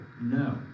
No